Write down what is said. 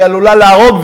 והיא עלולה להרוג,